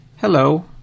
hello